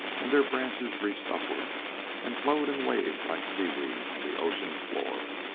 and their branches reached upward and flowed and waved like seaweed on the ocean's floor.